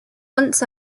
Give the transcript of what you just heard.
was